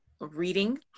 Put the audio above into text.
reading